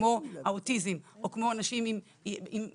כמו אוטיסטים או כמו אנשים עם מש"ה,